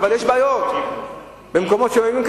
אבל יש בעיות במקומות שונים,